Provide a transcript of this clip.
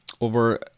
over